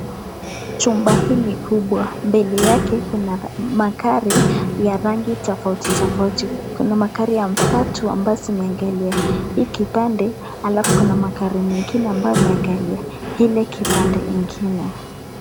Chumba hili kubwa mbele yake kuna magari ya rangi tofauti tofauti. Kuna magari ya tatu ambazo zimeangalia hiki kipande alafu kuna magari mengine ambayo yameangalia kile kipande ingine.